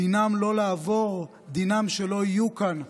דינן לא לעבור, דינן שלא יהיו כאן.